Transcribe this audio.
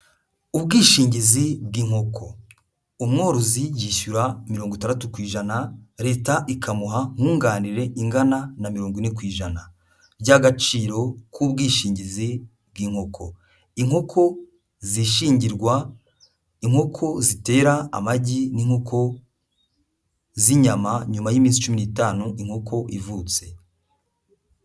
Ubwishingizi bw'inkoko, umworozi yishyura mirongo itandatu ku ijana, leta ikamuha nkunganire ingana na mirongo ine ku ijana by'agaciro k'ubwishingizi bw'inkoko, inkoko zishingirwa, inkoko zitera amagi n'inkoko z'inyama nyuma y'iminsi cumi n'itanu inkoko ivutse.